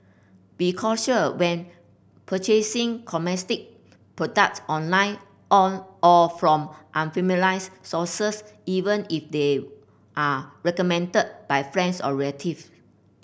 be cautious when purchasing cosmetic products online on or from sources even if they are recommended by friends or relative